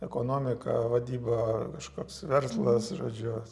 ekonomika vadyba